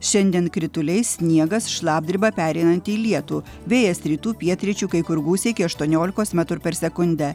šiandien krituliai sniegas šlapdriba pereinanti į lietų vėjas rytų pietryčių kai kur gūsiai iki aštuoniolika metrų per sekundę